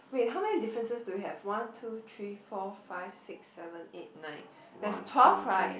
wait how many differences do we have one two three four five six seven eight nine there's twelve right